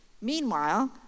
Meanwhile